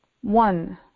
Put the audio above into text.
one